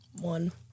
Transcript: one